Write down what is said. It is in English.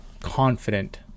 confident